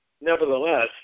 nevertheless